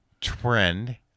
trend